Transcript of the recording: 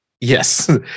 Yes